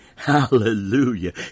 Hallelujah